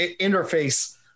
interface